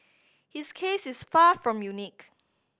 his case is far from unique